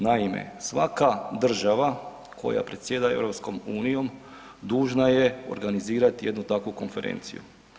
Naime, svaka država koja predsjeda EU dužna je organizirati jednu takvu konferenciju.